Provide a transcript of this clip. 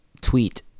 tweet